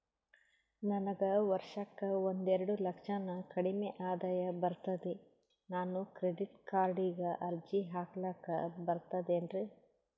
ನನಗ ವರ್ಷಕ್ಕ ಒಂದೆರಡು ಲಕ್ಷಕ್ಕನ ಕಡಿಮಿ ಆದಾಯ ಬರ್ತದ್ರಿ ನಾನು ಕ್ರೆಡಿಟ್ ಕಾರ್ಡೀಗ ಅರ್ಜಿ ಹಾಕ್ಲಕ ಬರ್ತದೇನ್ರಿ?